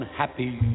happy